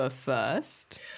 first